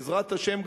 בעזרת השם,